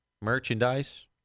Merchandise